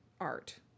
art